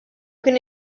kien